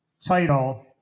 title